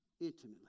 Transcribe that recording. intimately